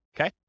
okay